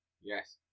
Yes